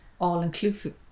all-inclusive